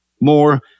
more